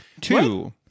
Two